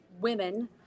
women